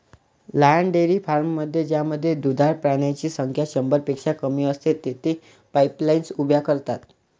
लहान डेअरी फार्ममध्ये ज्यामध्ये दुधाळ प्राण्यांची संख्या शंभरपेक्षा कमी असते, तेथे पाईपलाईन्स उभ्या करतात